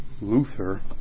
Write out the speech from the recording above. Luther